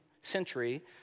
century